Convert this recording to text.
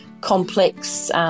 complex